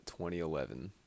2011